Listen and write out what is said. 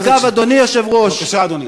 אגב, אדוני היושב-ראש, בבקשה, אדוני.